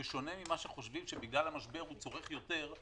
בשונה ממה שחושבים, שבגלל המשבר הוא צורך יותר,